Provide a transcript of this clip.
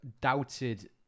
doubted